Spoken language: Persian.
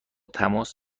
تماس